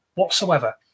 Whatsoever